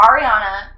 Ariana